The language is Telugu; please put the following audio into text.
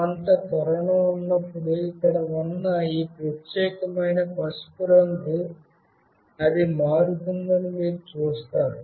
కొంత త్వరణం ఉన్నప్పుడు అక్కడ ఉన్న ఈ ప్రత్యేకమైన పసుపు రంగు అది మారుతుందని మీరు చూస్తారు